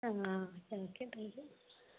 ആ ഓക്കേ